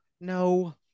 no